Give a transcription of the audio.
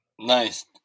Nice